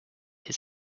his